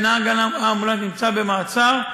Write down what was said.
ונהג האמבולנס נמצא במעצר,